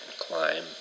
climb